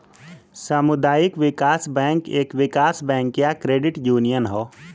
सामुदायिक विकास बैंक एक विकास बैंक या क्रेडिट यूनियन हौ